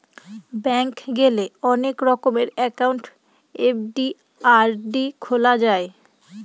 bank গেলে অনেক রকমের একাউন্ট এফ.ডি, আর.ডি খোলা যায়